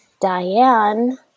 Diane